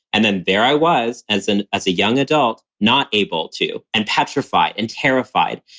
and then there i was as an, as a young adult, not able to. and petrified and terrified.